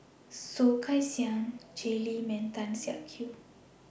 Soh Kay Siang Jay Lim and Tan Siak Kew